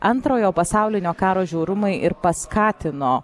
antrojo pasaulinio karo žiaurumai ir paskatino